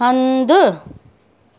हंधि